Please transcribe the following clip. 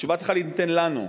התשובה צריכה להינתן לנו,